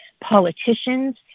politicians